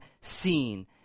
seen